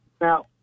Now